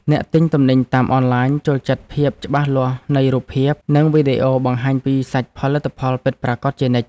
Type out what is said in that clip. អ្នកទិញទំនិញតាមអនឡាញចូលចិត្តភាពច្បាស់លាស់នៃរូបភាព និងវីដេអូបង្ហាញពីសាច់ផលិតផលពិតប្រាកដជានិច្ច។